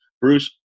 Bruce